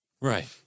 Right